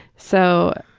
so,